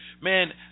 man